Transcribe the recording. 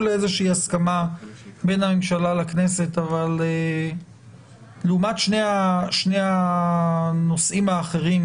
לאיזושהי הסכמה בין הממשלה לכנסת אבל לעומת שני הנושאים האחרים